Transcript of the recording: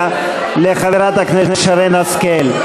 דיבור לחברת הכנסת שרן השכל.